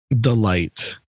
delight